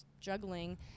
juggling